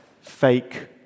fake